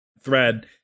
thread